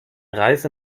reise